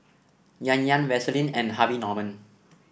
Yan Yan Vaseline and Harvey Norman